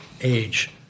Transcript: age